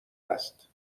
است